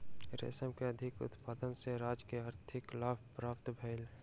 रेशम के अधिक उत्पादन सॅ राज्य के आर्थिक लाभ प्राप्त भेल